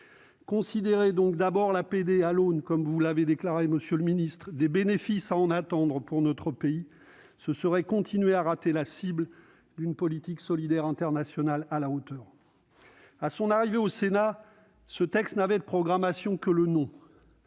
Considérer d'abord l'APD à l'aune, comme vous l'avez déclaré, monsieur le ministre, des « bénéfices à en attendre pour notre pays », ce serait continuer à rater la cible d'une politique solidaire internationale à la hauteur. À son arrivée au Sénat, ce texte n'avait de programmation que le nom.